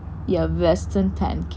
ya western pancake